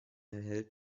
erhält